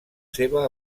seva